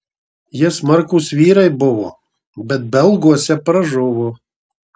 jie smarkūs vyrai buvo bet belguose pražuvo